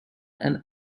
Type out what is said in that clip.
and